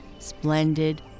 splendid